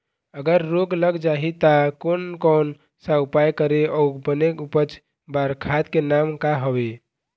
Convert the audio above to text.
अगर रोग लग जाही ता कोन कौन सा उपाय करें अउ बने उपज बार खाद के नाम का हवे?